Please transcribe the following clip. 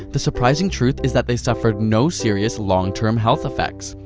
the surprising truth is that they suffered no serious long term health effects.